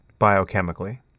biochemically